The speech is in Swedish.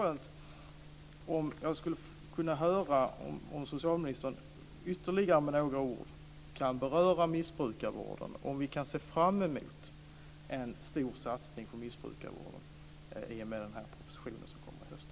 Det skulle vara skönt om socialministern med ytterligare några ord kunde beröra missbrukarvården och säga om vi kan se fram emot en stor satsning på missbrukarvården i och med den proposition som kommer i höst.